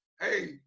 hey